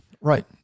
Right